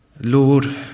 Lord